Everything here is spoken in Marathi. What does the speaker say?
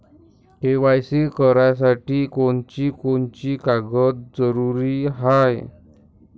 के.वाय.सी करासाठी कोनची कोनची कागद जरुरी हाय?